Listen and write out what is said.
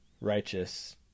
righteous